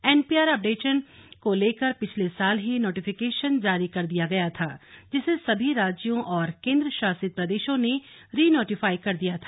NPR updation को लेकर पिछले साल ही नोटिफिकेशन जारी कर दिया गया था जिसे सभी राज्यों और केंद्र शासित प्रदेशों ने री नोटीफाई कर दिया था